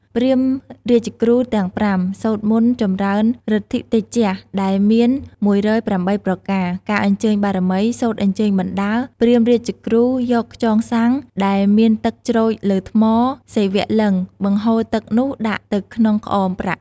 ព្រាហ្មណ៍រាជគ្រូទាំង៥ សូត្រមន្តចម្រើនឬទ្ធីតេជៈ ដែលមាន ១០៨ ប្រការ ការអញ្ជើញបារមី សូត្រអញ្ជើញបណ្ដើរ ព្រាហ្មណ៍រាជគ្រូយកខ្យងស័ង្កដែលមានទឹកច្រូចលើថ្ម សីវៈលិង្គ បង្ហូរទឹកនោះដាក់នៅក្នុងក្អមប្រាក់។